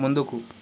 ముందుకు